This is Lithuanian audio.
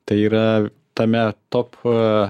tai yra tame top